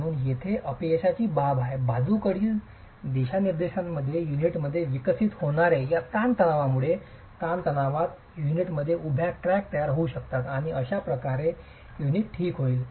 म्हणूनच जेथे अपयशाची बाब आहे बाजूकडील दिशानिर्देशांमध्ये युनिटमध्ये विकसित होणारे या ताणतणावामुळे ताणतणावात युनिटमध्ये उभ्या क्रॅक तयार होऊ शकतात आणि अशाप्रकारे युनिट ठीक होईल